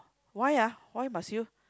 why ah why must you